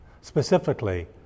Specifically